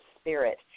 spirit